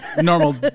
normal